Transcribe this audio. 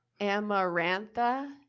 Amarantha